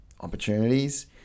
opportunities